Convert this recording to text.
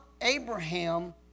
Abraham